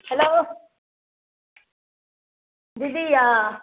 hello दीदी यइ